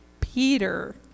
Peter